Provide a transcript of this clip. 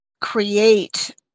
create